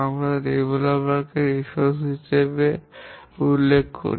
আমরা বিকাশকারী কে সম্পদ হিসাবে উল্লেখ করি